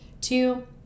Two